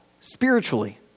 spiritually